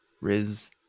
Riz